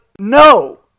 no